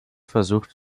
versucht